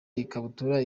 ikabutura